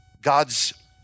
God's